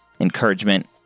encouragement